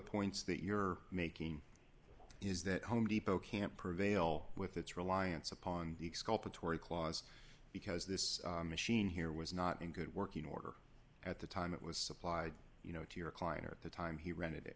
points that you're making is that home depot can't prevail with its reliance upon the exculpatory clause because this machine here was not in good working order at the time it was supplied you know to your client at the time he rented it